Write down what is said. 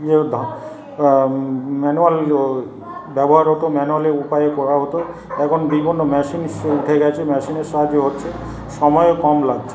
ইয়ে ম্যানুয়াল ব্যবহার হত ম্যানুয়ালি উপায়ে করা হত এখন বিভিন্ন মেশিনও উঠে গেছে মেশিনের সাহায্যে হচ্ছে সময়ও কম লাগছে